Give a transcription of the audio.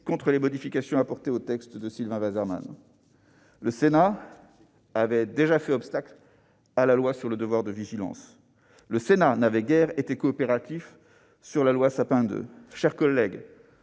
contre les modifications apportées au texte de Sylvain Waserman. Le Sénat avait déjà fait obstacle à la loi sur le devoir de vigilance et n'avait guère été coopératif sur la loi Sapin II ... Chers collègues,